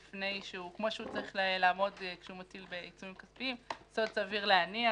כפי שהוא צריך לעמוד כשהוא מטיל עיצומים כספיים: "יסוד סביר להניח".